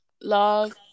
love